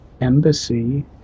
embassy